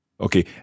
Okay